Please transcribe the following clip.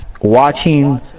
watching